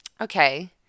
okay